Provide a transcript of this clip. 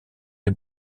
des